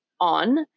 on